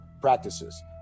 practices